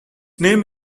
name